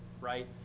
right